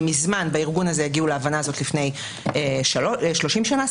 בארגון הזה הגיעו להבנה הזאת לפני 30 שנה,